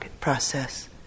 process